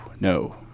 no